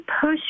push